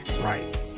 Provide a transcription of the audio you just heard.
right